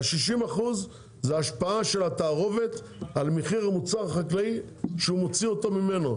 ה-60% זאת השפעה של התערובת על מחיר המוצר החקלאי שהוא מוציא אותו ממנו,